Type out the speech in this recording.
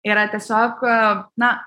yra tiesiog na